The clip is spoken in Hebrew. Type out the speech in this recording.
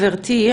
גברתי,